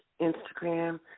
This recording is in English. Instagram